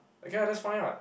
okay lah that's fine [what]